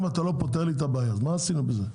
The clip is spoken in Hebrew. אם אתה לא פותר את הבעיה, אז מה עשינו בזה?